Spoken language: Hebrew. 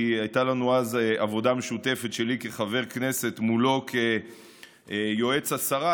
כי הייתה לנו אז עבודה משותפת שלי כחבר כנסת מולו כיועץ השרה,